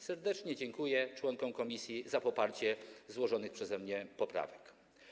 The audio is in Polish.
Serdecznie dziękuję członkom komisji za poparcie złożonych przeze mnie poprawek.